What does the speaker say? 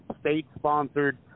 state-sponsored